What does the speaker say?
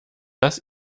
dass